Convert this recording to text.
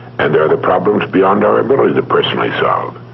and there are the problems beyond our ability to personally solve.